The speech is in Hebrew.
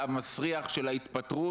חוקי היסוד הם השלב לקראת חוקה במדינת ישראל.